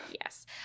yes